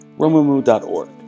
Romumu.org